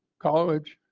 college,